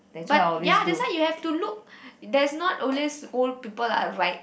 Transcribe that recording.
but ya that's why you have to look there's no always old people are right